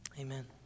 Amen